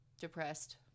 depressed